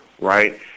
right